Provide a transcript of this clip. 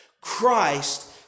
Christ